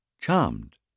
Charmed